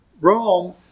Rome